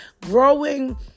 growing